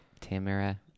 Tamara